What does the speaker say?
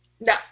No